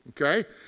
Okay